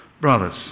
brothers